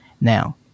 Now